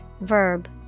Verb